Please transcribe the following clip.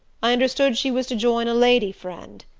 i understood she was to join a lady friend.